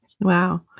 Wow